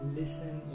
listen